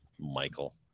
michael